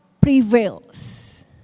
prevails